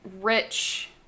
rich